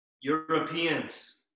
Europeans